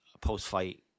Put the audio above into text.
post-fight